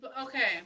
okay